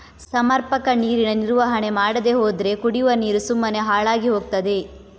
ಸಮರ್ಪಕ ನೀರಿನ ನಿರ್ವಹಣೆ ಮಾಡದೇ ಹೋದ್ರೆ ಕುಡಿವ ನೀರು ಸುಮ್ಮನೆ ಹಾಳಾಗಿ ಹೋಗ್ತದೆ